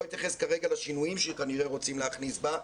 אתייחס כרגע לשינויים שכנראה רוצים להכניס בה,